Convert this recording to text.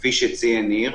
כפי שניר ציין.